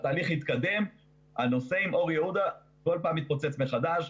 התהליך התקדם אבל הנושא עם אור יהודה כל פעם התפוצץ מחדש.